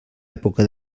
època